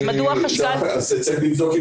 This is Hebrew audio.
אז מדוע החשכ"ל --- צריך לבדוק עם